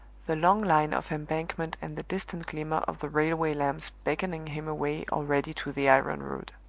the long line of embankment and the distant glimmer of the railway lamps beckoning him away already to the iron road.